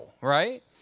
right